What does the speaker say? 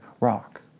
rock